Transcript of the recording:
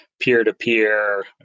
peer-to-peer